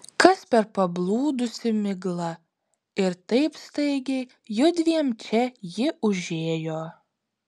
kas per pablūdusi migla ir taip staigiai judviem čia ji užėjo